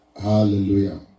Hallelujah